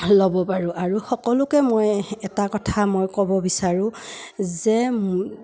ল'ব পাৰোঁ আৰু সকলোকে মই এটা কথা মই ক'ব বিচাৰোঁ যে